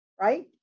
right